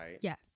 Yes